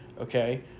okay